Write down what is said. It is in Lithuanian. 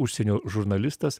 užsienio žurnalistas